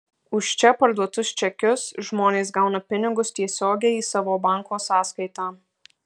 už čia parduotus čekius žmonės gauna pinigus tiesiogiai į savo banko sąskaitą